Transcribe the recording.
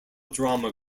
drama